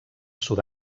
sud